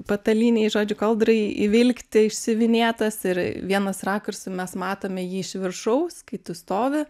patalynei žodžiu kadrai įvilkti išsiuvinėtas ir vienas rakursu mes matome jį iš viršaus kai tu stovi